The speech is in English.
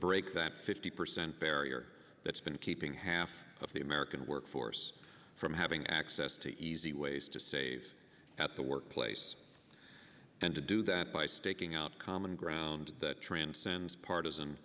break that fifty percent barrier that's been keeping half of the american workforce from having access to easy ways to save at the workplace and to do that by staking out common ground that transcends partisan